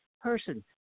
person